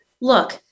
look